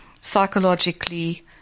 psychologically